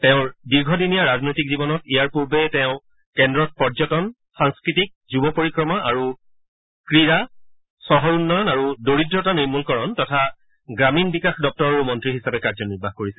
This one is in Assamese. তেওঁৰ দীৰ্ঘদিনীয়া ৰাজনৈতিক জীৱনত ইয়াৰ পূৰ্বে তেওঁ কেন্দ্ৰত পৰ্যটন সাংস্কৃতিক যুৱ পৰিক্ৰমা আৰু ক্ৰীড়া চহৰ উন্নয়ন আৰু দৰিদ্ৰাতা নিৰ্মূলকৰণ তথা গ্ৰামীণ বিকাশ দপ্তৰৰো মন্ত্ৰী হিচাপে কাৰ্য নিৰ্বাহ কৰিছিল